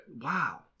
Wow